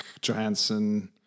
Johansson